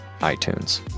iTunes